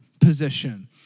position